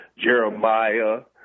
Jeremiah